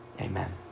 Amen